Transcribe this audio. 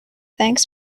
thanks